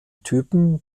typen